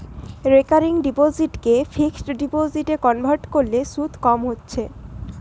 recurring ডিপোসিটকে fixed ডিপোজিটে convert কোরলে শুধ কম হচ্ছে